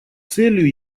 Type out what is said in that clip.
целью